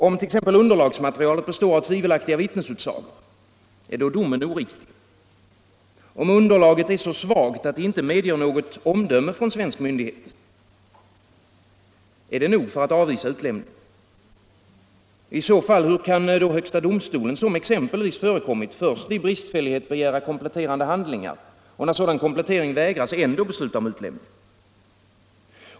Om t.ex. underlagsmaterialet består av tvivelaktiga vittnesutsagor — Om principerna är då domen oriktig? Om underlaget är så svagt att det inte medger = rörande utlämning något omdöme från svensk myndighet — är det nog för att avvisa ut = för brott lämning? Hur kan i så fall högsta domstolen, vilket förekommit, vid sådan bristfällighet först begära kompletterande handlingar och sedan när komplettering vägrats ändå besluta om utlämning?